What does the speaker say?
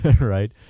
right